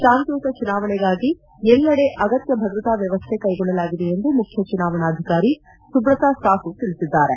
ಶಾಂತಿಯುತ ಚುನಾವಣೆಗಾಗಿ ಎಲ್ಲೆಡೆ ಆಗತ್ತ ಭದ್ರತಾ ವ್ಯವಸ್ಥೆ ಕೈಗೊಳ್ಳಲಾಗಿದೆ ಎಂದು ಮುಖ್ಯ ಚುನಾವಣಾಧಿಕಾರಿ ಸುಬ್ರತ ಸಾಹೂ ತಿಳಿಸಿದ್ದಾರೆ